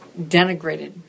denigrated